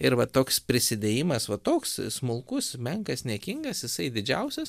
ir va toks prisidėjimas va toks smulkus menkas niekingas jisai didžiausias